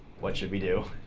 what should we do?